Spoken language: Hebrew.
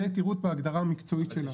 זה יתירות בהגדרה המקצועית שלה.